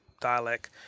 dialect